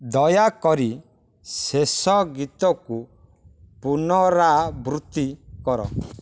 ଦୟାକରି ଶେଷ ଗୀତକୁ ପୁନରାବୃତ୍ତି କର